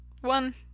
one